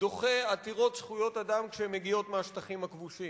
דוחה עתירות זכויות אדם כשהן מגיעות מהשטחים הכבושים.